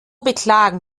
beklagen